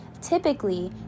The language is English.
typically